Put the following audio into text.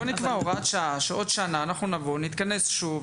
בוא נקבע שבעוד שנה, בעוד שנתיים נתכנס שוב.